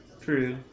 True